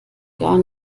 gar